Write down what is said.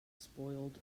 spoiled